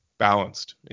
Balanced